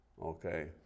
Okay